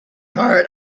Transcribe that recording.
heart